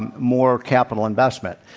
and more capital investment.